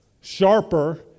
sharper